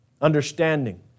understanding